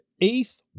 eighth